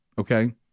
Okay